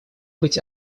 быть